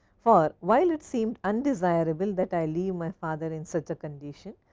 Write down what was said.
for while, it seems undesirable that i leave my father in such a condition.